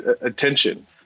attention